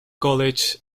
college